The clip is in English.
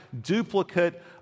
duplicate